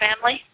family